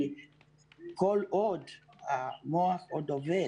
כל עוד המוח עובד